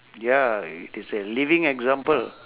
ya it is a living example